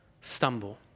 stumble